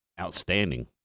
outstanding